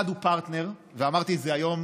אחד, הוא פרטנר, ואמרתי זה היום